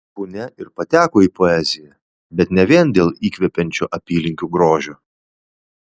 punia ir pateko į poeziją bet ne vien dėl įkvepiančio apylinkių grožio